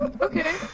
Okay